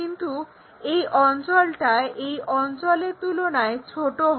কিন্তু এই অঞ্চলটা এই অঞ্চলের তুলনায় ছোট হয়